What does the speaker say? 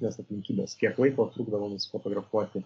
nes aplinkybės kiek laiko trukdavo nusifotografuoti